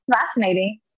fascinating